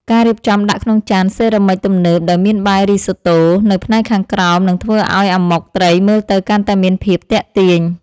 ការរៀបចំដាក់ក្នុងចានសេរ៉ាមិចទំនើបដោយមានបាយរីសូតូនៅផ្នែកខាងក្រោមនឹងធ្វើឱ្យអាម៉ុកត្រីមើលទៅកាន់តែមានភាពទាក់ទាញ។